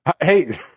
hey